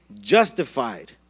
justified